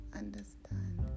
understand